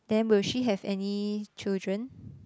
then will she have any children